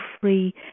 free